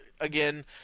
Again